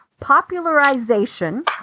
popularization